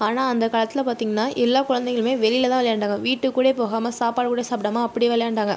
ஆனால் அந்த காலத்தில் பாத்தீங்கன்னா எல்லா குழந்தைகளுமே வெளியில் தான் விளையாண்டாங்க வீட்டுக்கு கூட போகாமல் சாப்பாடு கூட சாப்பிடாமல் அப்படி விளையாண்டாங்க